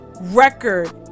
record